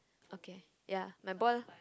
okay ya my ball